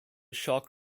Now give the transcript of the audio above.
shark